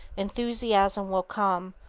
enthusiasm will come,